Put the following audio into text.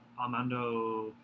Armando